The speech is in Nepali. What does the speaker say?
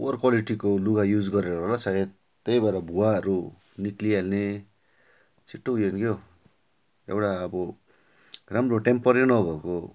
पुअर क्वालिटीको लुगा युज गरेर होला सायद त्यही भएर भुवाहरू निस्किहाल्ने छिटो उयो हुने क्या हो एउटा अब राम्रो टेम्पर नभएको